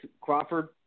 Crawford